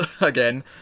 again